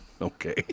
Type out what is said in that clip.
Okay